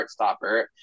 Heartstopper